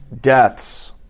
deaths